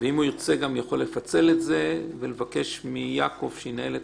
ואם הוא ירצה הוא גם יכול לפצל את זה ולבקש מיעקב שינהל את